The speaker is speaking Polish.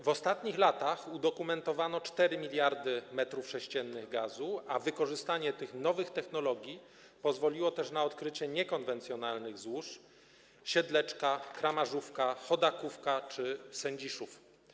W ostatnich latach udokumentowano 4 mld m3 gazu, a wykorzystanie tych nowych technologii pozwoliło też na odkrycie niekonwencjonalnych złóż Siedleczka, Kramarzówka, Chodakówka czy Sędziszów.